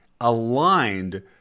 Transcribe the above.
aligned